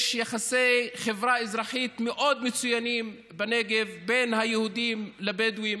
יש יחסי חברה אזרחית מצוינים בנגב בין היהודים לבדואים,